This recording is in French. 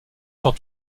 sur